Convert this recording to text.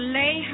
lay